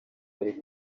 bari